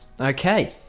Okay